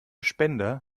spender